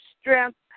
strength